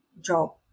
job